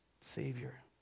Savior